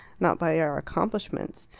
not by our accomplishments.